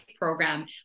program